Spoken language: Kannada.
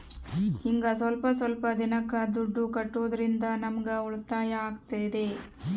ಹಿಂಗ ಸ್ವಲ್ಪ ಸ್ವಲ್ಪ ದಿನಕ್ಕ ದುಡ್ಡು ಕಟ್ಟೋದ್ರಿಂದ ನಮ್ಗೂ ಉಳಿತಾಯ ಆಗ್ತದೆ